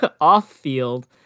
off-field